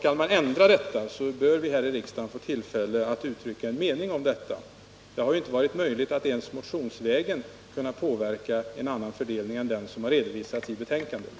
Skall man ändra på denna praxis, bör vi här i riksdagen få tillfälle att uttrycka en mening härom. Det har ju inte varit möjligt att ens motionsvägen medverka till en annan fördelning än den som har redovisats i betänkandet.